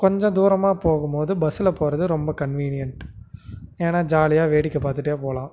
கொஞ்சம் தூரமாக போகும்போது பஸ்ஸில் போது ரொம்ப கன்வீனியன்ட் ஏனால் ஜாலியாக வேடிக்கை பார்த்துட்டே போகலாம்